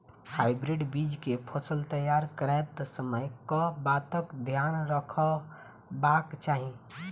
Hybrid बीज केँ फसल तैयार करैत समय कऽ बातक ध्यान रखबाक चाहि?